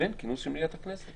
לבין כינוס של מליאת הכנסת.